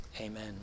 Amen